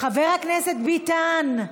חבר הכנסת ביטן,